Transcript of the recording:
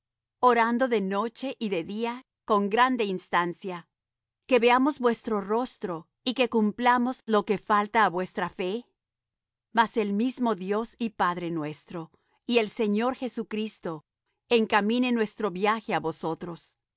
orando de noche y de día con grande instancia que veamos vuestro rostro y que cumplamos lo que falta á vuestra fe mas el mismo dios y padre nuestro y el señor nuestro jesucristo encamine nuestro viaje á vosotros